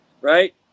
Right